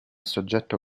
soggetto